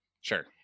sure